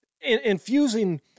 infusing